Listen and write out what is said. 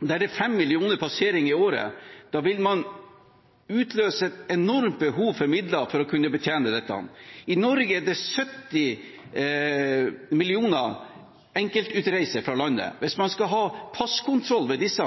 der det er 5 millioner passeringer i året, vil man utløse et enormt behov for midler for å kunne betjene det. I Norge er det 70 millioner enkeltutreiser fra landet. Hvis man skal ha passkontroll av disse,